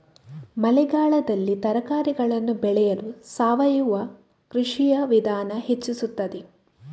ಮಳೆಗಾಲದಲ್ಲಿ ತರಕಾರಿಗಳನ್ನು ಬೆಳೆಯಲು ಸಾವಯವ ಕೃಷಿಯ ವಿಧಾನ ಹೆಚ್ಚಿಸುತ್ತದೆ?